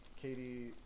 Katie